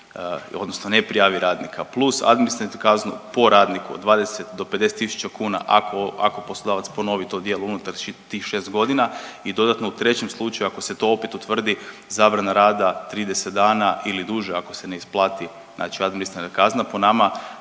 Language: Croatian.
odnosno ne prijavi radnika plus administrativnu kaznu po radniku 20 do 50000 kuna ako poslodavac ponovi to djelo unutar tih šest godina. I dodatno u trećem slučaju ako se to opet utvrdi zabrana rada 30 dana ili duže ako se ne isplati, znači administrativna kazna po nama